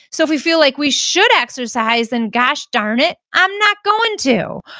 so if we feel like we should exercise, then gosh darn it, i'm not going to.